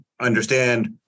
understand